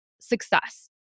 success